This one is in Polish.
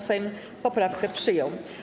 Sejm poprawkę przyjął.